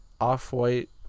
off-white